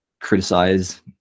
Criticize